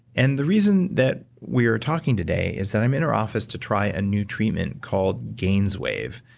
and the reason that we are talking today is that i'm in her office to try a new treatment called gainswave,